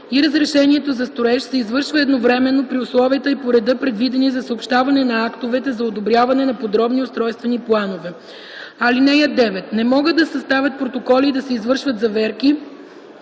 и разрешението за строеж се извършва едновременно при условията и по реда, предвидени за съобщаване на актовете за одобряване на подробни устройствени планове. (9) Не могат да се съставят протоколи или да се извършват заверки